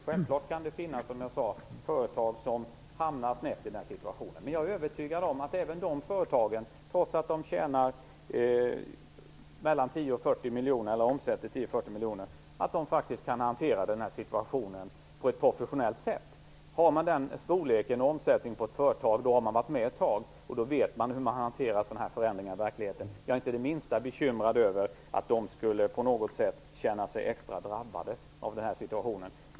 Det kan självfallet finnas företag som hamnar snett, som jag sade förut, men jag är övertygad om att även de företagen, trots att de omsätter 10-40 miljoner, faktiskt kan hantera den här situationen på ett professionellt sätt. Har man den storleken och omsättningen på ett företag har man varit med ett tag, och då vet man hur man hanterar dessa förändringar i verkligheten. Jag är inte det minsta bekymrad över att de på något sätt skulle känna sig extra drabbade av den här situationen.